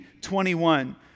21